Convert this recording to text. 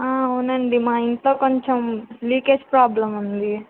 అవునండి మా ఇంట్లో కొంచం లీకేజ్ ప్రాబ్లమ్ ఉంది